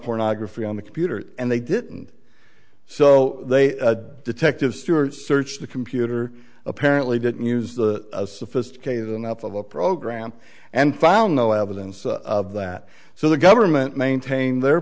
pornography on the computer and they didn't so they detective stuart searched the computer apparently didn't use the sophisticated enough of a program and found no evidence of that so the government maintained their